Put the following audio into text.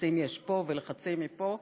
לחצים יש פה ולחצים פה.